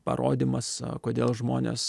parodymas kodėl žmonės